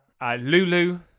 Lulu